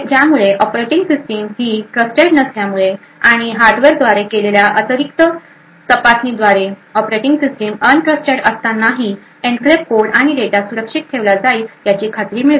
ज्यामुळे operating system ही trusted नसल्यामुळे आणि हार्डवेअरद्वारे केलेल्या अतिरिक्त तपासणीद्वारे ऑपरेटिंग सिस्टम अन्ट्रस्टेड असतानाही एन्क्लेव्ह कोड आणि डेटा सुरक्षित ठेवला जाईल याची खात्री मिळते